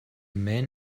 man